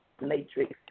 matrix